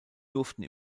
durften